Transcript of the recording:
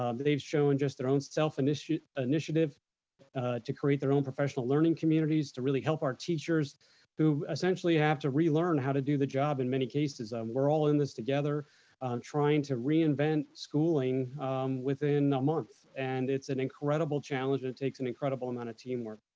um they've shown just their own self-initiative self-initiative to create their own professional learning communities to really help our teachers who essentially have to relearn how to do the job in many cases. um we're all in this together trying to reinvent schooling within a month. and it's an incredible challenge, and it takes an amount of teamwork.